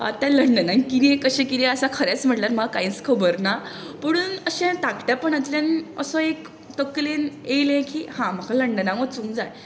आतां लंडनाक कशें कशें कितें आसा खरेंच म्हणल्यार म्हाका कांयच खबर ना पूण अशें दाखटेपणांतल्यान असो एक तकलेन आयलें की हा म्हाका लंडनाक वचूंक जाय